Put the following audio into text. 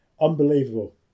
Unbelievable